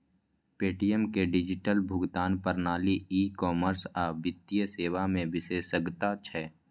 Paytm के digital भुगतान प्रणाली, ई कॉमर्स आ वित्तीय सेवा मे विशेषज्ञता छै